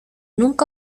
nunca